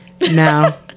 now